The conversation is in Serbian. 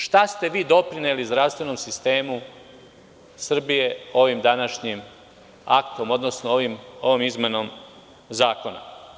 Šta ste vi doprineli zdravstvenom sistemu Srbije ovim današnjim aktom, odnosno ovom izmenom zakona?